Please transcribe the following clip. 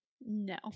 No